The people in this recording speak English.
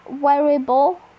variable